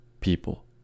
people